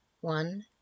one